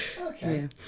okay